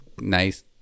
nice